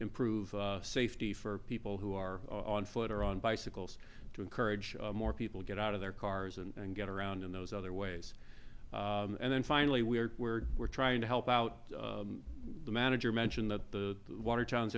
improve safety for people who are on foot or on bicycles to encourage more people get out of their cars and get around in those other ways and then finally we are where we're trying to help out the manager mention that the water towns